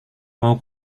mau